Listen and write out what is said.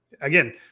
Again